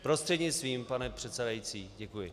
Prostřednictvím, pane předsedající, děkuji.